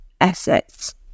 assets